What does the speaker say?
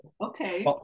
okay